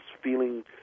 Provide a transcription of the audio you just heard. feeling